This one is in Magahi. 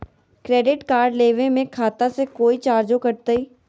क्रेडिट कार्ड लेवे में खाता से कोई चार्जो कटतई?